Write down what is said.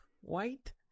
white